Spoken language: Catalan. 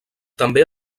també